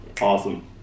Awesome